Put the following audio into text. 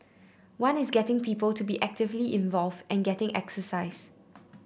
one is getting people to be actively involve and getting exercise